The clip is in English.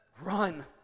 Run